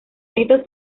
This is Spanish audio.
estos